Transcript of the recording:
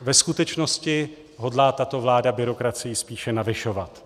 Ve skutečnosti hodlá tato vláda byrokracii spíše navyšovat.